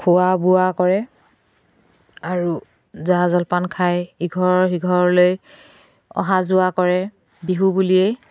খোৱা বোৱা কৰে আৰু জা জলপান খাই ইঘৰ সিঘৰলৈ অহা যোৱা কৰে বিহু বুলিয়ে